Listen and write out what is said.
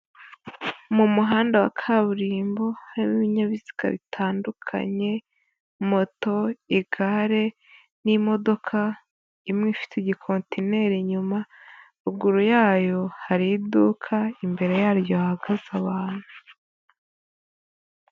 Mu muhanda wa kaburimbo harimo ibinyabiziga bitandukanye moto, igare n'imodoka imwe ifite igikonteneri inyuma, ruguru yayo hari iduka, imbere yaryo hahagaze abantu.